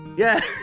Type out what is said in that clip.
yeah! i